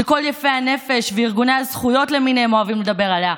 שכל יפי הנפש וארגוני הזכויות למיניהם אוהבים לדבר עליה,